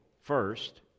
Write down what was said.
first